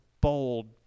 bold